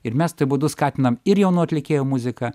ir mes tai būdu skatinam ir jaunų atlikėjų muziką